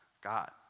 God